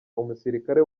umusirikare